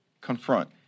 confront